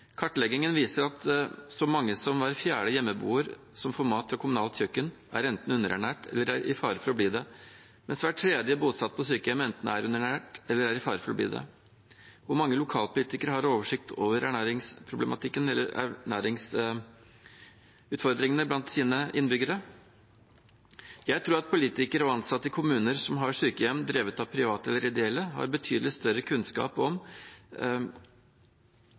Kartleggingen viser at så mange som hver fjerde hjemmeboer som får mat fra kommunalt kjøkken, enten er underernært eller står i fare for å bli det, mens hver tredje bosatt på sykehjem enten er underernært eller står i fare for å bli det. Hvor mange lokalpolitikere har oversikt over ernæringsutfordringene blant sine innbyggere? Jeg tror at politikere og ansatte i kommuner som har sykehjem drevet av private eller ideelle, har betydelig større kunnskap om